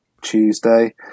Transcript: Tuesday